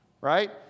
right